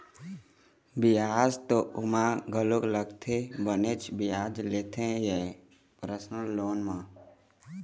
बियाज तो ओमा घलोक लगथे बनेच बियाज लेथे ये परसनल लोन म